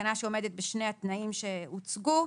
תקנה שעומדת בשני התנאים שהוצגו,